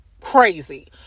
crazy